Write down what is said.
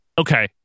okay